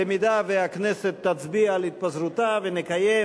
במידה שהכנסת תצביע על התפזרותה ונקיים,